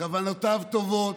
כוונותיו טובות,